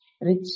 rich